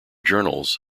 journals